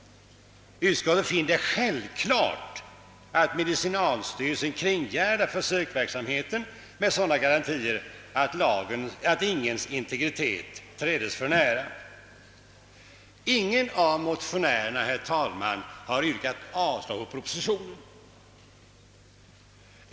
Utskottet finner det självklart att medicinalstyrelsen kringgärdar försöksverksamheten med sådana garantier att ingens integritet trädes för nära. Ingen av motionärerna, herr talman, har yrkat avslag på propositionen.